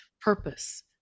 purpose